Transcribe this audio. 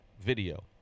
video